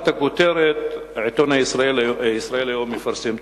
העיתון "ישראל היום" מפרסם,